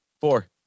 four